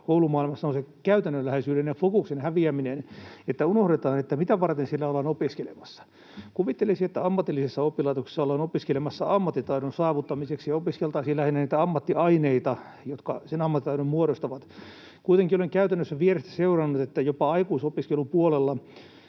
koulumaailmassa, on käytännönläheisyyden ja fokuksen häviäminen, eli unohdetaan, mitä varten siellä ollaan opiskelemassa. Kuvittelisi, että ammatillisissa oppilaitoksissa ollaan opiskelemassa ammattitaidon saavuttamiseksi ja opiskeltaisiin lähinnä niitä ammattiaineita, jotka sen ammattitaidon muodostavat. Kuitenkin olen käytännössä vierestä seurannut, että jopa aikuisopiskelupuolella